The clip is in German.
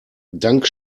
dank